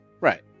Right